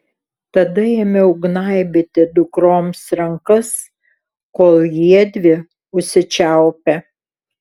tada ėmiau gnaibyti dukroms rankas kol jiedvi užsičiaupė